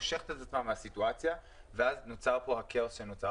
הממשלה בעצם מושכת את עצמה מהסיטואציה ואז נוצר כאן הכאוס שנוצר.